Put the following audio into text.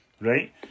right